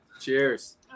Cheers